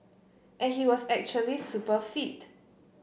and he was actually super fit